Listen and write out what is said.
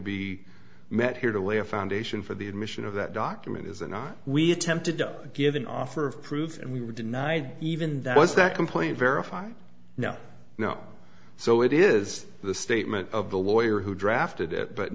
be met here to lay a foundation for the admission of that document is it not we attempted to give an offer of proof and we were denied even that was that complaint verified now now so it is the statement of the lawyer who drafted it but